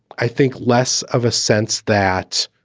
i think, less of a sense that.